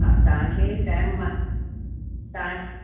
हा तव्हांखे टाइम मां तव्हांखे